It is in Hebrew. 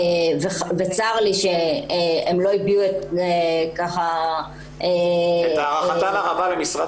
וצר לי שהן לא הביעו --- את הערכתן הרבה למשרד